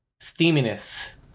steaminess